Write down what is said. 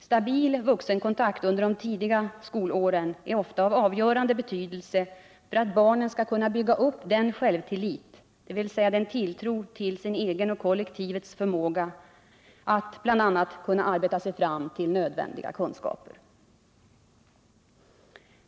Stabil vuxenkontakt under de tidiga skolåren är ofta av avgörande betydelse för att barnet skall kunna bygga upp självtillit, dvs. tilltro till sin egen och kollektivets förmåga att bl.a. kunna arbeta sig fram till nödvändiga kunskaper.